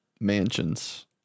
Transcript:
Mansions